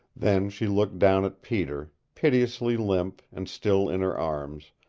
then she looked down at peter, piteously limp and still in her arms,